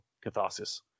catharsis